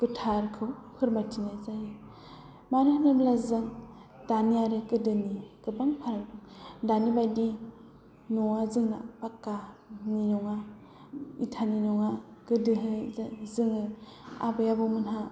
गोथारखौ फोरमायथिनाय जायो मानो होनोब्ला जों दानि आरो गोदोनि गोबां फाराग दानि बादि न'आ जोंना फाखखानि नङा इथानि नङा गोदोहाय जोङो आबै आबौमोनहा